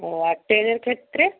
ও আর ট্রেনের ক্ষেত্রে